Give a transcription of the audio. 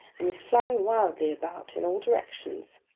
and was flying wildly about in all directions.